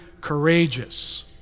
courageous